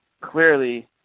clearly